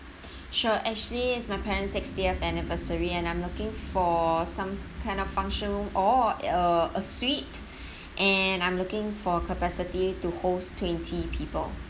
sure actually it's my parents' sixtieth anniversary and I'm looking for some kind of function room or uh a suite and I'm looking for a capacity to host twenty people